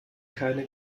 keine